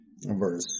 verse